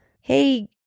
Hey